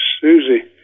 Susie